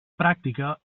pràctica